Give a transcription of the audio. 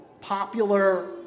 popular